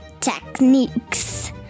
techniques